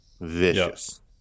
vicious